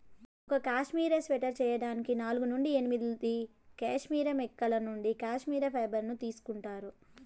ఒక cashmere sweater చేయడానికి నాలుగు నుండి ఎనిమిది కష్మెరె మేకల నుండి కష్మెరె ఫైబర్ ను తీసుకుంటారు